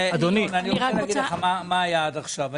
ינון, אני רוצה להגיד לך מה היה עד עכשיו.